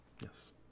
yes